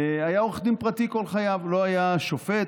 היה עורך דין פרטי כל חייו, הוא לא היה שופט.